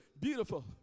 Beautiful